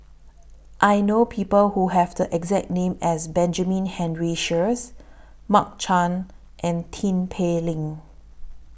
I know People Who Have The exact name as Benjamin Henry Sheares Mark Chan and Tin Pei Ling